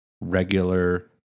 regular